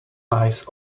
nice